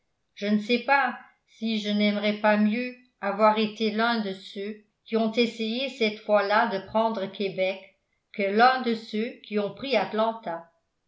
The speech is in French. dici je ne sais pas si je n'aimerais pas mieux avoir été l'un de ceux qui ont essayé cette fois-là de prendre québec que l'un de ceux qui ont pris atlanta